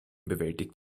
bewältigt